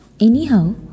Anyhow